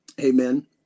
Amen